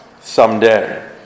someday